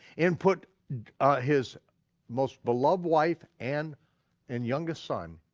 and put his most beloved wife and and youngest son,